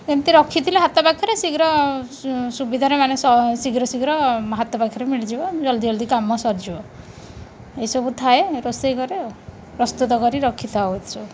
ଏମିତି ରଖିଥିଲେ ହାତ ପାଖରେ ଶୀଘ୍ର ସୁବିଧାରେ ମାନେ ଶୀଘ୍ର ଶୀଘ୍ର ହାତ ପାଖରେ ମିଳିଯିବ ଜଲ୍ଦି ଜଲ୍ଦି କାମ ସରିଯିବ ଏସବୁ ଥାଏ ରୋଷେଇ ଘରେ ଆଉ ପ୍ରସ୍ତୁତ କରି ରଖିଥାଉ ଏସବୁ